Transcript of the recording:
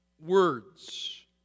Words